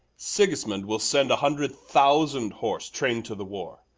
sigismund will send a hundred thousand horse train'd to the war,